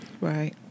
right